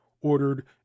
ordered